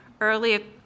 Early